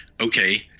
okay